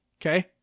okay